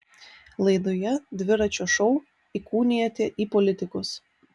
laidoje dviračio šou įkūnijate į politikus